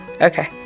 Okay